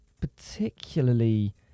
particularly